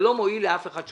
זה לא מועיל לאף אחד.